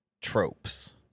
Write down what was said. tropes